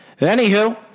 Anywho